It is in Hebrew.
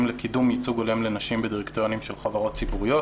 לקידום ייצוג הולם לנשים בדירקטוריונים של חברות ציבוריות.